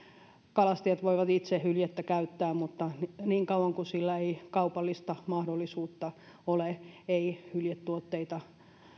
kalastajat voivat itse hyljettä käyttää mutta niin kauan kuin sillä ei kaupallista mahdollisuutta ole ei hyljetuotteita